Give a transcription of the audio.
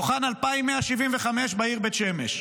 מתוכן 2,175 בעיר בית שמש,